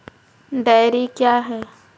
Dairy क्या हैं?